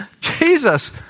Jesus